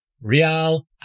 Real